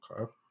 Okay